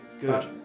good